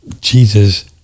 Jesus